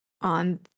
on